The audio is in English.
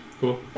Cool